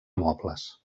mobles